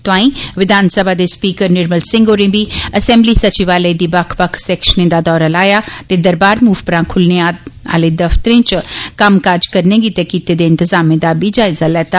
तोआई विधानसभा दे स्पीकर निर्मल सिंह होरें बी असैंबली सचिवालय दी बक्ख बक्ख सैक्शनें दा दौरा लाया ते दरबार मूव परा खुल्लने आले दफ्तरें च कम्मकाज करने लेई कीते दे इंतजामें दा बी जायजा लैता